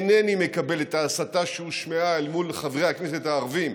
אינני מקבל את ההסתה שהושמעה אל מול חברי הכנסת הערבים,